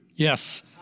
Yes